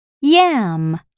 yam